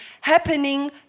happening